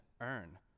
earn